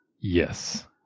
Yes